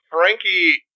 Frankie